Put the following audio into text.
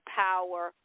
power